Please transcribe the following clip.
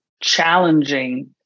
challenging